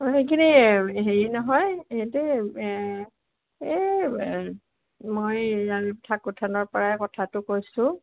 অঁ সেইখিনি হেৰি নহয় ইয়াতে এই মই ৰাজীৱ ঠাকুৰ থানৰপৰাই কথাটো কৈছোঁ